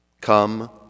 Come